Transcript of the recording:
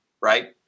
right